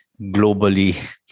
globally